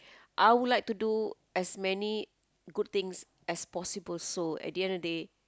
I will like to do as many good things as possible so at the end of the day